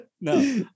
no